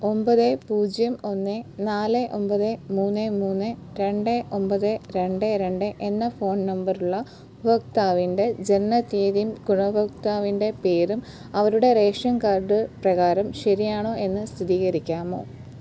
ഒമ്പത് പൂജ്യം ഒന്ന് നാല് ഒമ്പത് മൂന്ന് മൂന്ന് രണ്ട് ഒമ്പത് രണ്ട് രണ്ട് എന്ന ഫോൺ നമ്പർ ഉള്ള ഉപഭോക്താവിന്റെ ജനനത്തീയതിയും ഗുണഭോക്താവിന്റെ പേരും അവരുടെ റേഷൻ കാർഡ് പ്രകാരം ശരിയാണോ എന്ന് സ്ഥിരീകരിക്കാമോ